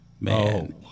man